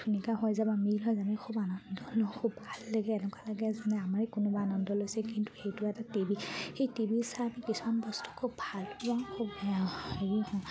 ধুনীয়া হৈ যায় বা মিল হৈ যায় আমি খুব আনন্দ লওঁ খুব ভাল লাগে এনেকুৱা লাগে যেনে আমাৰেই কোনোবাই আনন্দ লৈছে কিন্তু সেইটো এটা টি ভি সেই টি ভিৰ চাই আমি কিছুমান বস্তু খুব ভাল পোৱাওঁ খুব বেয়াও হেৰিও হওঁ